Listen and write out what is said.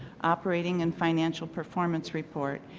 operating and financial performance reports,